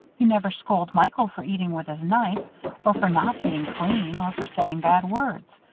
you never scold michael for eating with his knife or for not being clean or for saying bad words.